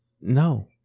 no